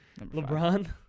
LeBron